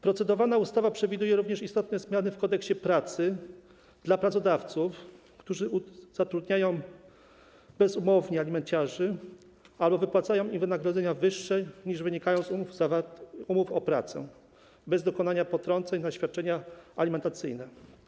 Procedowana ustawa przewiduje również istotne zmiany w Kodeksie pracy dla pracodawców, którzy zatrudniają bezumownie alimenciarzy, albo wypłacają im wynagrodzenia wyższe, niż wynika to z umów o pracę, bez dokonania potrąceń na świadczenia alimentacyjne.